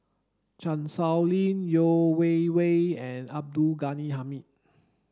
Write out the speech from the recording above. Chan Sow Lin Yeo Wei Wei and Abdul Ghani Hamid